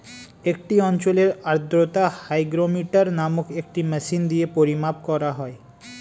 একটি অঞ্চলের আর্দ্রতা হাইগ্রোমিটার নামক একটি মেশিন দিয়ে পরিমাপ করা হয়